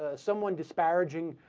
ah someone disparaging